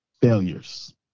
failures